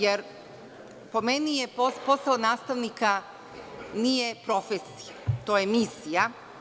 Jer, po meni posao nastavnika nije profesija, to je misija.